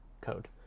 code